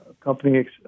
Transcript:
company